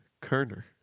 Kerner